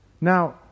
now